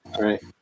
Right